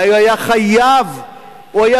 והוא היה חייב, הוא היה